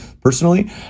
personally